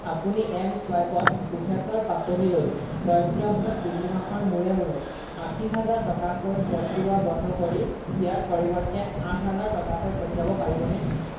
আপুনি এম চুৱাইপত কোষেশ্বৰ পাচনীলৈ স্বয়ংক্ৰিয়ভাৱে তিনি মাহৰ মূৰে মূৰে আশী হাজাৰ টকাকৈ পঠিওৱা বন্ধ কৰি ইয়াৰ পৰিৱৰ্তে আঠ হাজাৰ টকাকৈ পঠিয়াব পাৰিবনে